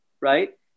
right